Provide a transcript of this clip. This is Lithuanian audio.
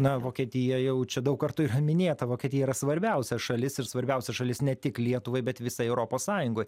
na vokietija jau čia daug kartų minėta vokietija yra svarbiausia šalis ir svarbiausia šalis ne tik lietuvai bet visai europos sąjungoj